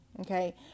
Okay